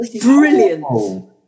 Brilliant